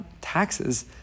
taxes